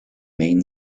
main